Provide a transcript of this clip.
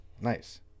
Nice